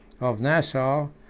of nassau,